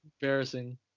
embarrassing